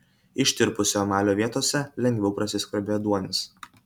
ištirpusio emalio vietose lengviau prasiskverbia ėduonis